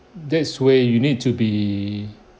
that's why you need to be